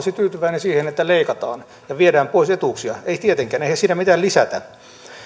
olisi tyytyväinen siihen että leikataan ja viedään pois etuuksia ei tietenkään eihän siinä mitään lisätä